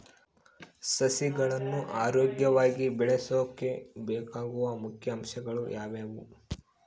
ಸಸಿಗಳನ್ನು ಆರೋಗ್ಯವಾಗಿ ಬೆಳಸೊಕೆ ಬೇಕಾಗುವ ಮುಖ್ಯ ಅಂಶಗಳು ಯಾವವು?